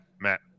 Matt